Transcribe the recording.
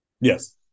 Yes